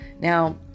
Now